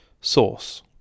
Source